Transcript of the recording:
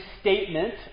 statement